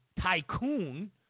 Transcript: tycoon